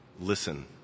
Listen